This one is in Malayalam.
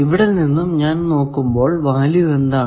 ഇവിടെ നിന്നും ഞാൻ നോക്കുമ്പോൾ വാല്യൂ എന്താണ്